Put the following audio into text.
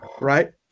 right